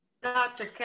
Dr